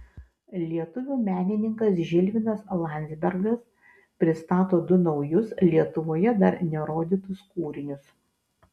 lietuvių menininkas žilvinas landzbergas pristato du naujus lietuvoje dar nerodytus kūrinius